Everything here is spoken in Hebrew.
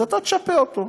אז אתה תשפה אותו.